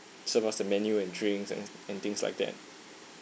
serve us the menu and drinks and anything's like that